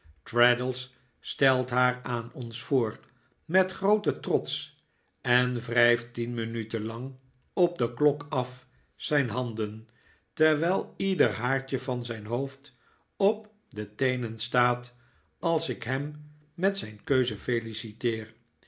traddles stelt haar aan ons voor met grooten trots en wrijft tien minuten lang op de klok af zijn handen terwijl ieder haartje van zijn hoofd op de teenen staat als ik hem met zijn keuze feliciteer